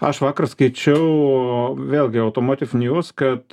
aš vakar skaičiau vėlgi automotive news kad